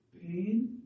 pain